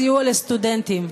סיוע לסטודנטים.